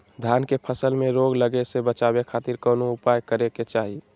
धान के फसल में रोग लगे से बचावे खातिर कौन उपाय करे के चाही?